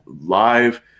live